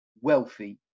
wealthy